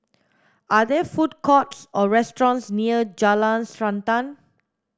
are there food courts or restaurants near Jalan Srantan